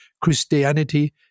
Christianity